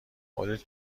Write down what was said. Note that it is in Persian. خودت